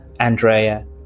Andrea